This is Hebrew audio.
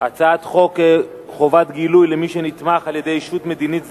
הצעת חוק חובת גילוי לגבי מי שנתמך על-ידי ישות מדינית זרה,